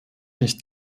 nicht